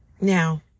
Now